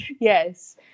Yes